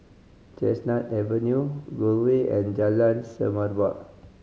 Chestnut Avenue Gul Way and Jalan Semerbak